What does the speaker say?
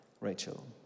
Rachel